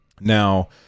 Now